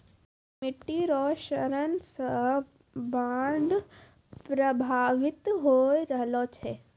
मिट्टी रो क्षरण से बाढ़ प्रभावित होय रहलो छै